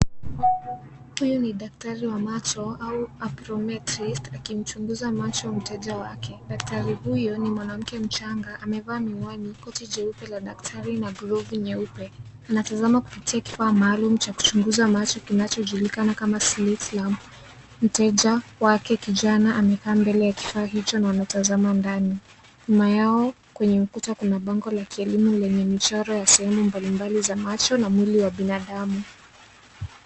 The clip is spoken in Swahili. Huyu ni daktari wa macho au agrometist akimchunguza mgonjwa wake. Daktari huyu ni mwanamke mchanga ame vaa miwani, koti jeupe la daktari na glovu nyeupe, anatazama kupitia kifaa maalum cha kuchunguza macho kinacho julikana kama sletium . Mteja wake kijana amekaa kwenye kifaa hicho na anatazama ndani. Nyuma yao kwenye ukuta kuna bango la kielimu lenye michoro mbalimbali za macho na mwili za binadamu.